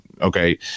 okay